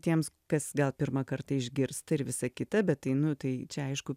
tiems kas gal pirmą kartą išgirsta ir visa kita bet tai nu tai čia aišku